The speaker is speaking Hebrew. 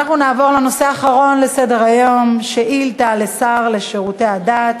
אנחנו נעבור לנושא האחרון על סדר-היום: שאילתה לשר לשירותי הדת.